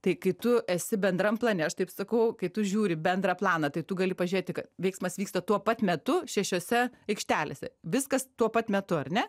tai kai tu esi bendram plane aš taip sakau kai tu žiūri bendrą planą tai tu gali pažiūrėti veiksmas vyksta tuo pat metu šešiose aikštelėse viskas tuo pat metu ar ne